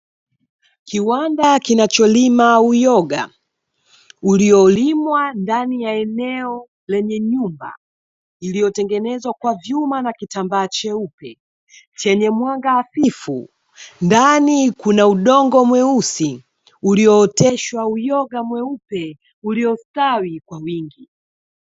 Kiwanda kinacholima uyoga, uliolimwa ndani ya eneo lenye nyumba iliyotengenezwa kwa vyuma na kitambaa cheupe chenye mwanga hafifu. Ndani kuna udongo mweusi uliooteshwa uyoga mweupe uliostawi kwa wingi.